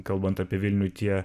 kalbant apie vilnių tie